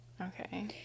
Okay